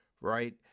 right